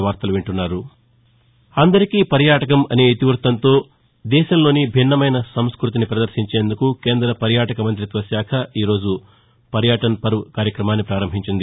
అందరికీ పర్యాటకం అనే ఇతి వ్బత్తంతో దేశంలోని భిన్నమైన సంస్థతిని పదర్శించేందుకు కేంద్ర పర్యాటక మంత్రిత్వ శాఖ ఈ రోజు పర్యాటన్ పర్స్ కార్యక్రమాన్ని ప్రారంభించింది